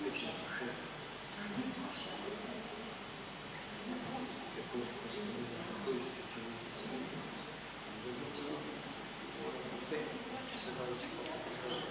hvala vam